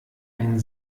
ein